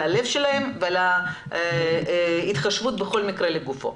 על הלב שלה ועל ההתחשבות בכל מקרה לגופו.